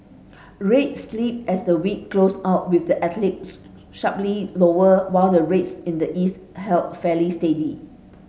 rates slipped as the week closed out with the Atlantic sharply lower while the rates in the east held fairly steady